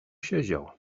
siedział